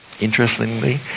Interestingly